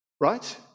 right